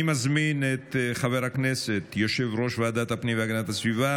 אני מזמין את יושב-ראש ועדת הפנים והגנת הסביבה